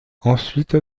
ensuite